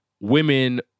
women